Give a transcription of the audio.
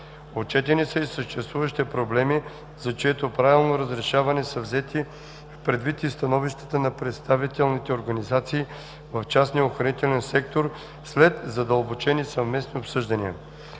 Отчетени са и съществуващите проблеми, за чието правилно разрешаване са взети предвид и становищата на представителните организации в частния охранителен сектор, след задълбочени съвместни обсъждания.